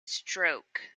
stroke